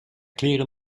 kleren